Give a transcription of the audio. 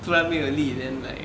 突然没有力 then like